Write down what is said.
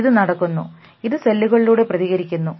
ഇത് നടക്കുന്നു ഇത് സെല്ലുകളിലൂടെ പ്രതികരിക്കുന്നു